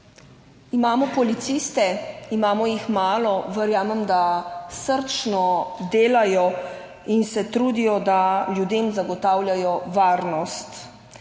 Imamo policiste, imamo jih malo, verjamem, da srčno delajo in se trudijo, da ljudem zagotavljajo varnost.